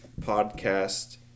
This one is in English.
podcast